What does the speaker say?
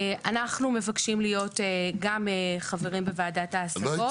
אנחנו מבקשים להיות גם חברים בוועדת ההשגות.